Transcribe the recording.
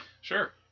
Sure